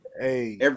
hey